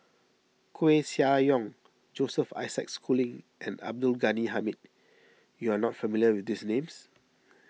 Koeh Sia Yong Joseph Isaac Schooling and Abdul Ghani Hamid you are not familiar with these names